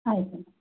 ಆಯ್ತು ಮೇಡಮ್